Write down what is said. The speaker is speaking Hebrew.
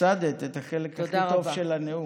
הפסדת את החלק הכי טוב של הנאום.